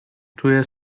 توی